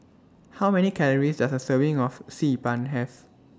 How Many Calories Does A Serving of Xi Ban Have